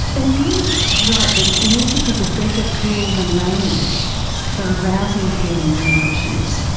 and you write that music is a better tool than language for arousing feelings and emotions.